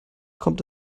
kommt